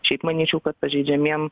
šiaip manyčiau kad pažeidžiamiem